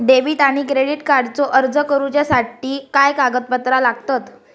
Debit आणि credit कार्डचो अर्ज करुच्यासाठी काय कागदपत्र लागतत?